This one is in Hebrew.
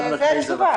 אז זו התשובה.